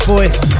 Voice